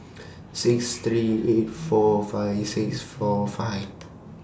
six three eight four five six four five